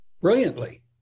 brilliantly